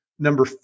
number